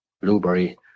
blueberry